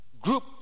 group